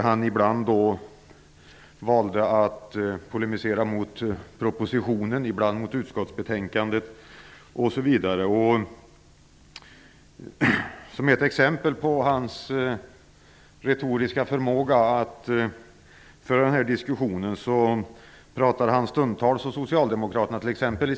Han valde att ibland polemisera mot propositionen, ibland mot utskottsbetänkandet osv. Som ett exempel på Bo Nilssons retoriska förmåga att föra diskussionen pratade han ibland om Socialdemokraternas motion i ärendet.